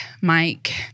Mike